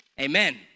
amen